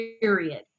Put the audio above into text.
period